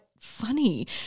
funny